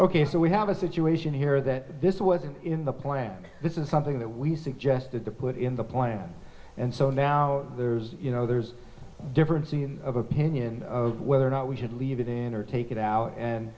ok so we have a situation here that this wasn't in the plan this is something that we suggested to put in the plan and so now there's you know there's differences of opinion of whether or not we should leave it in or take it out and